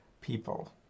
people